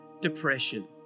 depression